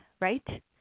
right